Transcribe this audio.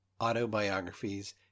autobiographies